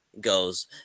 Goes